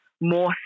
more